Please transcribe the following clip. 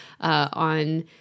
on